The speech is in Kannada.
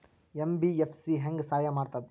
ಎಂ.ಬಿ.ಎಫ್.ಸಿ ಹೆಂಗ್ ಸಹಾಯ ಮಾಡ್ತದ?